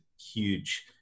huge